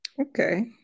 Okay